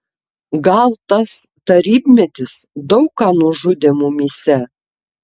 gal tas tarybmetis daug ką nužudė mumyse